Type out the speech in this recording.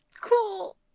Cool